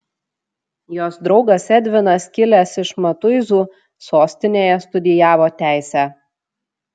jos draugas edvinas kilęs iš matuizų sostinėje studijavo teisę